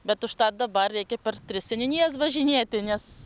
bet užtat dabar reikia per tris seniūnijas važinėti nes